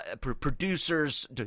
producers